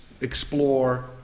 explore